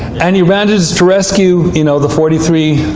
and he manages to rescue you know the forty three,